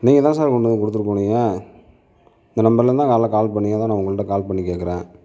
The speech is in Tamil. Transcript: நீங்கள்தான் சார் கொண்டு வந்து கொடுத்துட்டு போனீங்க இந்த நம்பர்லேருந்துதான் காலையில் கால் பண்ணிங்க அதுதான் நான் உங்கள்கிட்ட கால் பண்ணி கேட்குறேன்